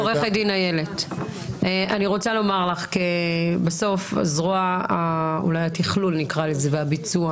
עורכת הדין איילת, בסוף זרוע התכלול והביצוע